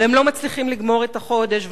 והם לא מצליחים לגמור את החודש,